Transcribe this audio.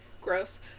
Gross